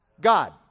God